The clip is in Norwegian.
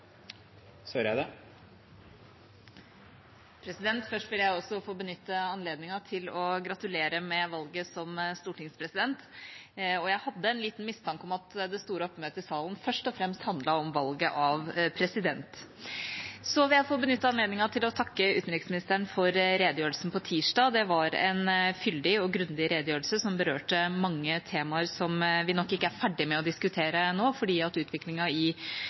Først vil jeg også få benytte anledningen til å gratulere med valget som stortingspresident. Jeg hadde en liten mistanke om at det store oppmøtet i salen først og fremst handlet om valget av president. Så vil jeg få benytte anledningen til å takke utenriksministeren for redegjørelsen på tirsdag. Det var en fyldig og grundig redegjørelse, som berørte mange temaer som vi nok ikke er ferdige med å diskutere, fordi utviklingen i Europa krever at